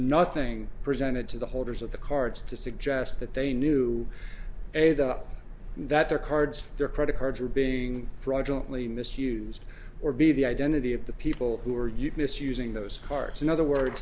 nothing presented to the holders of the cards to suggest that they knew that their cards their credit cards were being fraudulently misused or b the identity of the people who were you miss using those cards in other words